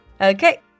Okay